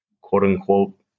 quote-unquote